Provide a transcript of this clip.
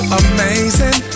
amazing